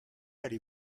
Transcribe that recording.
allez